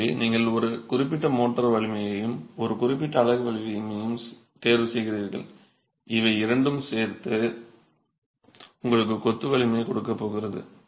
எனவே நீங்கள் ஒரு குறிப்பிட்ட மோர்டார் வலிமையையும் ஒரு குறிப்பிட்ட அலகு வலிமையையும் தேர்வு செய்கிறீர்கள் இவை இரண்டும் சேர்ந்து உங்களுக்கு கொத்து வலிமையைக் கொடுக்கப் போகிறது